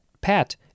Pat